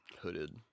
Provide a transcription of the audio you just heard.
hooded